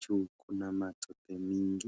juu Kuna matope mingi.